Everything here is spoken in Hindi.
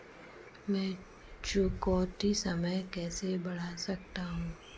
मैं चुकौती समय कैसे बढ़ा सकता हूं?